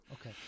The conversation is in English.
Okay